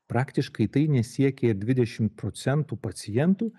praktiškai tai nesiekia ir dvidešimt procentų pacientų